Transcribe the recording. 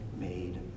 made